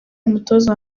umutoza